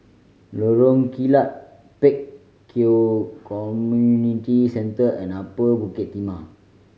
Lorong Kilat Pek Kio Community Centre and Upper Bukit Timah